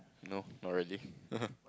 no not really